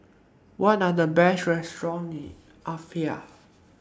What Are The Best restaurants in Apia